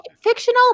fictional